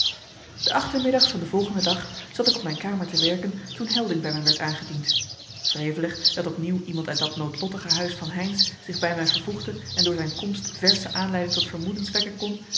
den achtermiddag van den volgenden dag zat ik op mijn kamer te werken toen helding bij mij werd aangediend wrevelig dat opnieuw iemand uit dat noodlottige huis van heynsz zich bij mij vervoegde en door zijn komst versche aanleiding tot vermoedens wekken kon